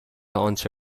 آنچه